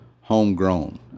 homegrown